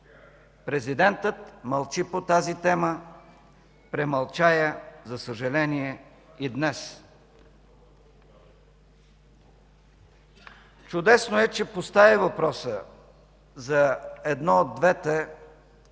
Президентът мълчи по тази тема, премълча я, за съжаление, и днес. Чудесно е, че постави въпроса за едно от двете много